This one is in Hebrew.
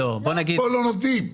פה לא נותנים.